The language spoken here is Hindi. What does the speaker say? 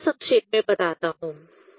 मैं यहां संक्षेप में बताता हूं